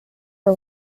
for